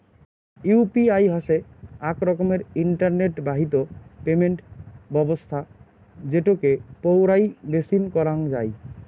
UPI হসে আক রকমের ইন্টারনেট বাহিত পেমেন্ট ব্যবছস্থা যেটোকে পৌরাই বেচিম করাঙ যাই